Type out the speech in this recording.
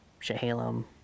Shehalem